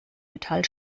metall